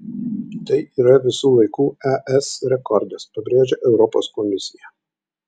tai yra visų laikų es rekordas pabrėžia europos komisija